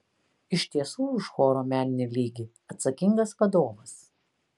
iš tiesų už choro meninį lygį atsakingas vadovas